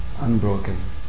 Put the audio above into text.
unbroken